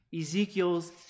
Ezekiel's